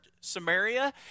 Samaria